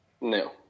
No